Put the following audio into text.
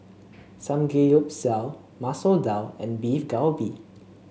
Samgeyopsal Masoor Dal and Beef Galbi